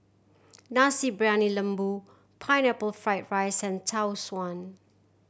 Nasi Briyani Lembu Pineapple Fried rice and Tau Suan